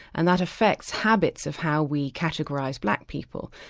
and that affects habits of how we categorise black people.